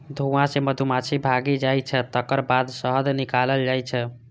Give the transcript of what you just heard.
धुआं सं मधुमाछी भागि जाइ छै, तकर बाद शहद निकालल जाइ छै